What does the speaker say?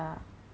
ya